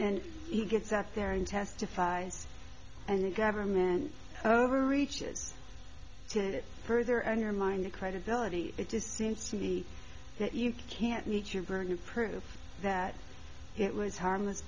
and he gets up there and testifies and the government overreach to further undermine the credibility it just seems to me that you can't meet your burden of proof that it was harmless